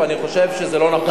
ואני חושב שזה לא נכון.